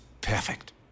perfect